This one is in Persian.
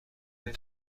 این